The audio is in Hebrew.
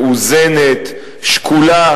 מאוזנת ושקולה,